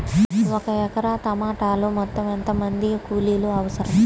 ఒక ఎకరా టమాటలో మొత్తం ఎంత మంది కూలీలు అవసరం?